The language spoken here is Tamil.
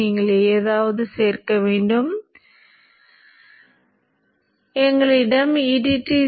எனவே இது நேர்மறையாகவும் அது எதிர்மறையாகவும் மாறும்